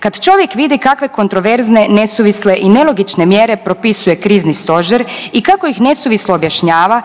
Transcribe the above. kad čovjek vidi kakve kontroverzne, nesuvisle i nelogične mjere propisuje krizni stožer i kako ih nesuvislo objašnjava